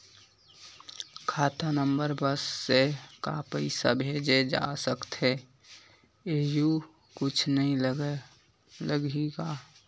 खाता नंबर बस से का पईसा भेजे जा सकथे एयू कुछ नई लगही का?